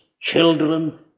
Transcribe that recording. children